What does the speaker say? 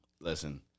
listen